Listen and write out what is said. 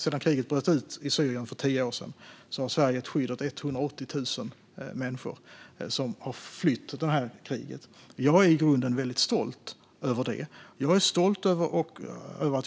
Sedan kriget bröt ut i Syrien för tio år sedan har Sverige gett skydd åt 180 000 människor som har flytt detta krig. Jag är i grunden väldigt stolt över att vi